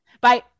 bye